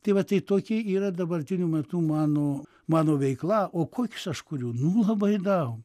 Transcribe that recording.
tai va tai tokie yra dabartiniu metu mano mano veikla o kokius aš kuriu nu labai daug